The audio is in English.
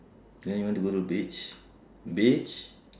then you want to go to the beach beach